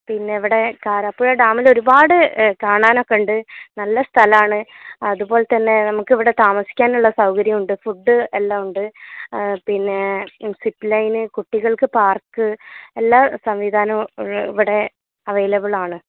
പിന്നെ ഇവിടെ കാരാപ്പുഴ ഡാമിൽ ഒരുപാട് കാണാനൊക്കെ ഉണ്ട് നല്ല സ്ഥലമാണ് അതുപോലെതന്നെ നമുക്കിവിടെ താമസിക്കാനുള്ള സൗകര്യമുണ്ട് ഫുഡ് എല്ലാമുണ്ട് പിന്നേ സിപ്പ് ലൈന് കുട്ടികൾക്ക് പാർക്ക് എല്ലാ സംവിധാനവും ഇവിടെ അവൈലബിളാണ്